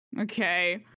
okay